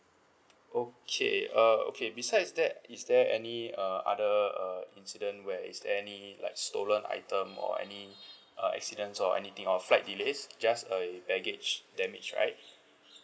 okay uh okay besides that is there any uh other uh incident where is there any like stolen item or any uh accidents or anything or flight delays just a baggage damage right